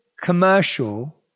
commercial